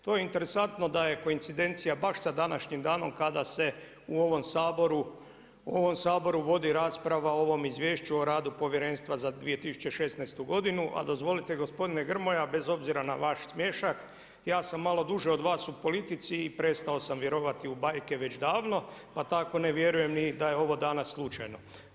To je interesantno da je koincidencija baš sa današnjim danom kada se u ovom Saboru vodi rasprava o ovom izvješću o radu povjerenstva za 2016. godinu, a dozvolite gospodine Grmoja, bez obzira na vaš smiješak, ja sam malo duže od vas u polici i prestao sam vjerovati u bajke već davno, pa tako ne vjerujem ni da je ovo danas slučajno.